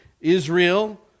Israel